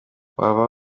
waba